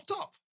up